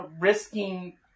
risking